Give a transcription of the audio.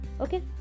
okay